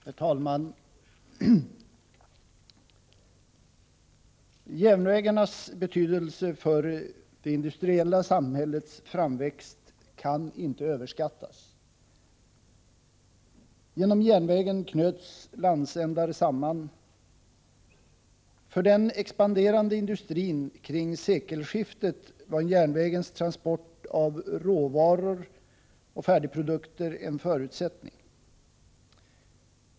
Herr talman! Järnvägarnas betydelse för det industriella samhällets framväxt kan inte överskattas. Genom järnvägen knöts landsändar samman. För den expanderande industrin kring sekelskiftet var järnvägens transport av råvaror och färdigprodukter en förutsättning.